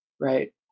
right